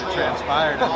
transpired